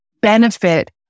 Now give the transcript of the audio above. benefit